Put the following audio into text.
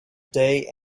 day